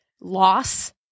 loss